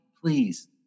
please